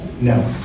No